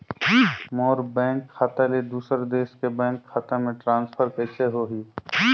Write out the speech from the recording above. मोर bank खाता ले दुसर देश के बैंक खाता मे ट्रांसफर कइसे होही?